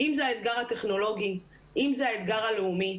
אם זה האתגר הטכנולוגי, אם זה האתגר הלאומי,